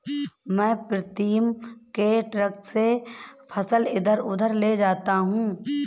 मैं प्रीतम के ट्रक से फसल इधर उधर ले जाता हूं